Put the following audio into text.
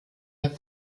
der